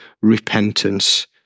repentance